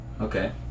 okay